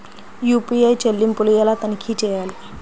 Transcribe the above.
UPI చెల్లింపులు ఎలా తనిఖీ చేయాలి?